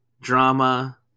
drama